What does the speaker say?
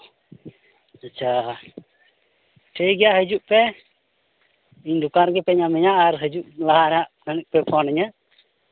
ᱟᱪᱪᱷᱟ ᱴᱷᱤᱠ ᱜᱮᱭᱟ ᱦᱤᱡᱩᱜ ᱯᱮ ᱤᱧ ᱫᱚᱠᱟᱱ ᱨᱮᱜᱮ ᱯᱮ ᱧᱟᱢᱤᱧᱟ ᱟᱨ ᱦᱤᱡᱩᱜ ᱞᱟᱦᱟ ᱨᱮᱦᱟᱸᱜ ᱠᱟᱹᱴᱤᱡ ᱯᱮ ᱯᱷᱳᱱᱤᱧᱟᱹ